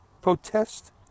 protest